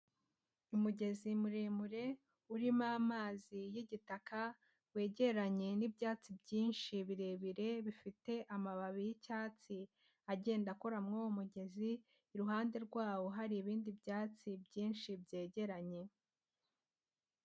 Umugezi muremure urimo amazi y'igitaka, wegeranye n'ibyatsi byinshi birebire bifite amababi y'icyatsi agenda akora muri uwo mugezi, iruhande rwawo hari ibindi byatsi byinshi byegeranye.